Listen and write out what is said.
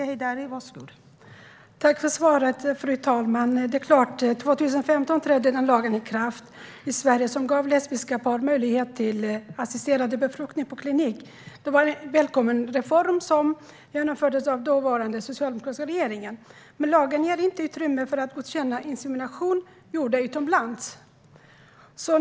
Fru talman! Tack för svaret! År 2015 trädde den lag i kraft i Sverige som gav lesbiska par möjlighet till assisterad befruktning på klinik. Det var en välkommen reform som genomfördes av den socialdemokratiska regeringen. Men lagen ger inte utrymme för att godkänna inseminationer gjorda utomlands.